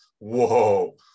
whoa